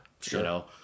Sure